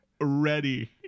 ready